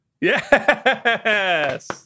Yes